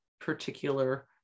particular